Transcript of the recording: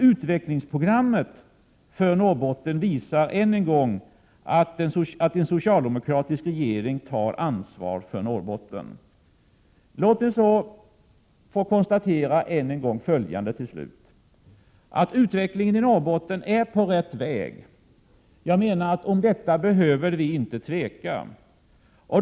Utvecklingsprogrammet för Norrbotten visar emellertid än en gång att en socialdemokratisk regering tar ansvar för Norrbotten. Låt mig till slut få konstatera följande: Utvecklingen i Norrbotten är på rätt väg. Om detta behöver vi inte tveka.